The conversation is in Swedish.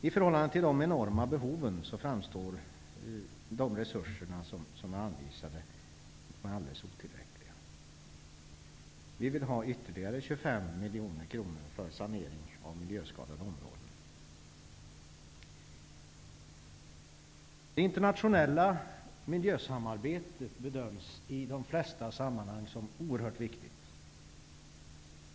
I förhållande till de enorma behoven framstår de anvisade resurserna som alldeles otillräckliga. Vi vill att det skall anvisas ytterligare 25 miljoner kronor för sanering av miljöskadade områden. Det internationella miljösamarbetet bedöms i de flesta sammanhang som oerhört viktigt.